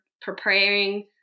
preparing